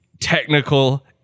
technical